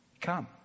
come